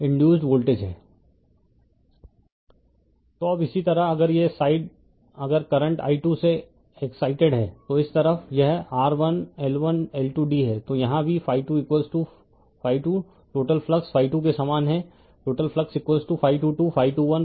refer slide time 0412 तो अब इसी तरह अगर यह साइड अगर करंट i 2 से एक्साइटेड है और इस तरफ यह rv1L1 L2d है तो यहां भी टोटल फ्लक्स के समान है टोटल फ्लक्स है